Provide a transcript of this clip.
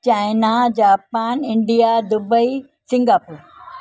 China Japan India Dubai Singapore